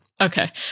Okay